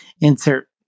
insert